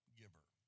giver